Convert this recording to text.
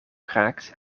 kraakt